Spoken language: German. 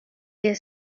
der